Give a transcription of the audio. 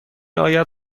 آید